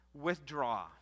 withdraw